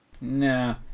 Nah